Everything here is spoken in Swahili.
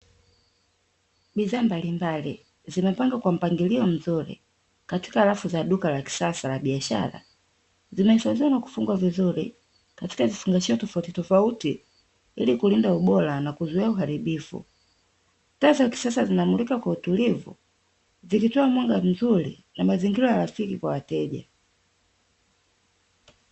Bidhaa mbalimbali zimepangwa kwa mpangilio mzuri katika rafu za duka la kisasa la biashara, zimehifadhiwa na kufungwa vizuri katika vifungashio tofautitofauti ili kulinda ubora na kuzuia uharibifu, taa za kisasa zinamulika kwa utulivu, zikitoa mwanga vizuri na mazingira rafiki kwa wateja.